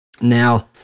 Now